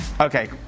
okay